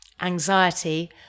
anxiety